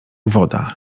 woda